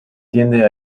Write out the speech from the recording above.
tiende